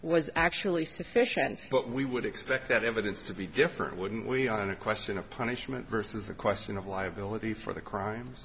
was actually sufficient but we would expect that evidence to be different wouldn't we on a question of punishment versus a question of liability for the crimes